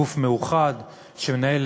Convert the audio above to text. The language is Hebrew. גוף מאוחד שמנהל,